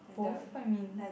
both what you mean